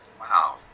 Wow